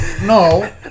No